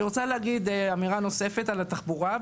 אני רוצה להגיד אמירה נוספת על התחבורה,